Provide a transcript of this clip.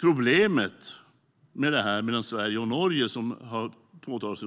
Som har påpekats i några motioner måste man i Norge ha ett körkort